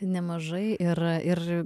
nemažai yra ir